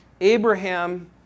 Abraham